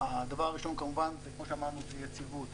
הדבר הראשון כמובן כמו שאמרנו, זה יציבות.